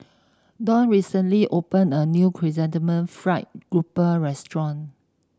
Dawne recently opened a new Chrysanthemum Fried Grouper restaurant